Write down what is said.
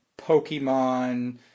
Pokemon